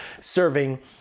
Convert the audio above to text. serving